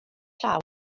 llaw